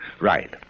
Right